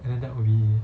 then that would be